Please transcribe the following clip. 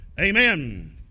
amen